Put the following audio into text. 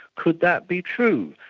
could that be true?